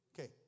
Okay